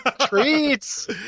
treats